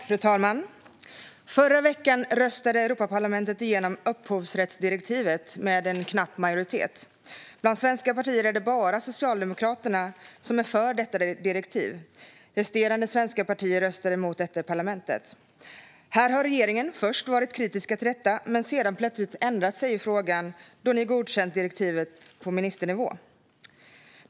Fru talman! Förra veckan röstade Europaparlamentet igenom upphovsrättsdirektivet med en knapp majoritet. Bland svenska partier är det bara Socialdemokraterna som är för detta direktiv. Resterande svenska partier röstade emot detta i parlamentet. Här har regeringen först varit kritisk men sedan plötsligt ändrat sig i frågan, då ni godkänt direktivet på ministernivå.